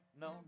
no